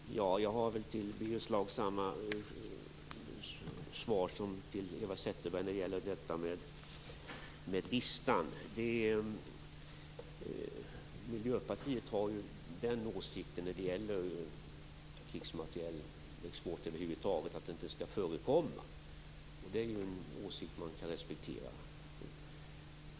Fru talman! Jag har till Birger Schlaug samma svar som till Eva Zetterberg angående listan. Miljöpartiet har den åsikten att krigsmaterielexport över huvud taget inte skall få förekomma. Det är en åsikt man kan respektera.